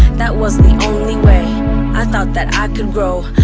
that was the only way i thought that i could grow.